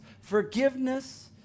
Forgiveness